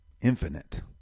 infinite